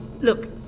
Look